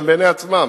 גם בעיני עצמם,